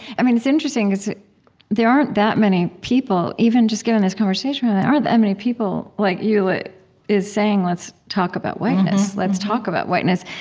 and it's interesting, because there aren't that many people, even just given this conversation there aren't that many people like eula, saying, let's talk about whiteness. let's talk about whiteness.